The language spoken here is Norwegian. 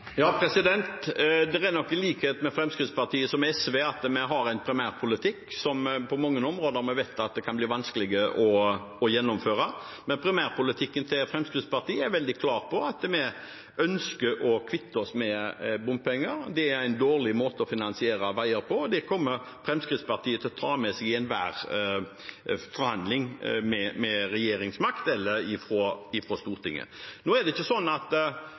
er nok en likhet mellom Fremskrittspartiet og SV at vi har en primærpolitikk som vi på mange områder vet kan bli vanskelig å gjennomføre. Men primærpolitikken til Fremskrittspartiet er veldig klar: Vi ønsker å kvitte oss med bompenger. Det er en dårlig måte å finansiere veier på. Det kommer Fremskrittspartiet til å ta med seg i enhver forhandling, enten det er med regjeringsmakt eller fra Stortinget. Det er ikke sånn at